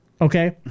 Okay